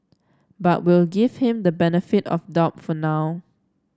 but we'll give him the benefit of doubt for now